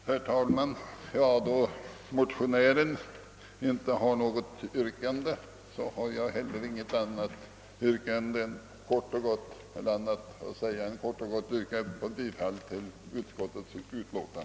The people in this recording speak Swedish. Herr talman! Då motionären inte har något yrkande, har jag heller inget annat att säga än att kort och gott yrka bifall till utskottets hemställan.